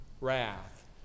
wrath